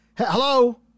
Hello